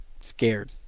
scared